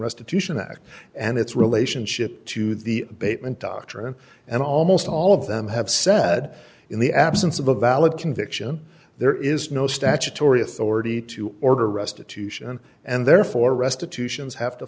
restitution act and its relationship to the basement doctrine and almost all of them have said in the absence of a valid conviction there is no statutory authority to order restitution and therefore restitution is have to